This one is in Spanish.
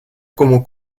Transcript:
como